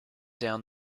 down